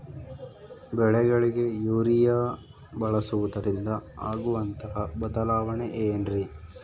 ಬೆಳೆಗಳಿಗೆ ಯೂರಿಯಾ ಬಳಸುವುದರಿಂದ ಆಗುವಂತಹ ಬದಲಾವಣೆ ಏನ್ರಿ?